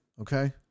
okay